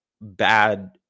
bad